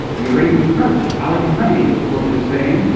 the iranian president, ali khamenei, is quoted as saying,